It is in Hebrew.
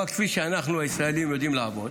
אבל כפי שאנחנו הישראלים יודעים לעבוד,